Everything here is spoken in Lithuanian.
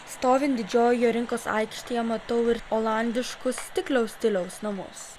stovint didžiojoje rinkos aikštėje matau ir olandiškus stikliaus stiliaus namus